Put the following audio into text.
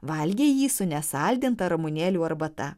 valgė jį su nesaldinta ramunėlių arbata